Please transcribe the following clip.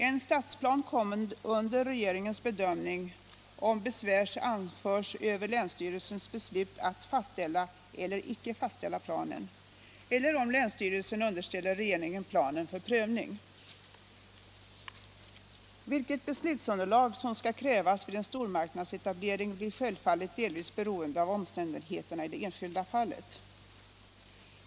En stadsplan kommer under regeringens bedömning om besvär anförs över länsstyrelsens beslut att fastställa eller inte fastställa planen eller om länsstyrelsen underställer regeringen planen för prövning. Vilket beslutsunderlag som skall krävas vid en stormarknadsetablering blir självfallet delvis beroende av omständigheterna i det enskilda fallet.